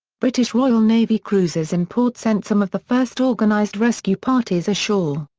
british royal navy cruisers in port sent some of the first organized rescue parties ashore.